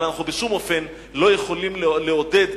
אבל אנחנו בשום אופן לא יכולים לעודד